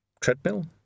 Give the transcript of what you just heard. Treadmill